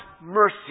mercy